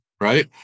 right